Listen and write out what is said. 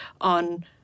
on